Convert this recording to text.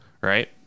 right